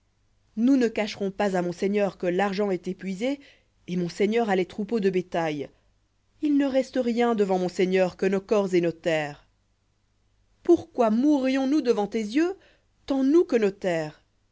nous ne cacherons pas à mon seigneur que l'argent est épuisé et mon seigneur a les troupeaux de bétail il ne reste rien devant mon seigneur que nos corps et nos terres pourquoi mourrions nous devant tes yeux tant nous que